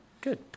good